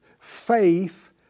Faith